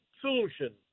solution